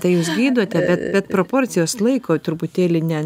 tai jūs gydote bet bet proporcijos laiko truputėlį ne